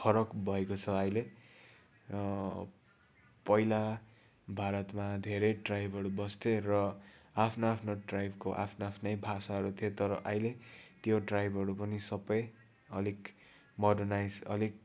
फरक भएको छ अहिले पहिला भारतमा धेरै ट्राइबहरू बस्थे र आफ्नो आफ्नो ट्राइबको आफ्नो आफ्नै भाषाहरू थिए तर अहिले त्यो ट्राइबहरू पनि सबै अलिक मोर्डनाइज अलिक